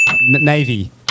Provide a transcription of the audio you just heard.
navy